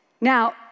Now